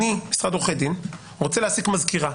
אני משרד עורכי דין, רוצה להעסיק מזכירה.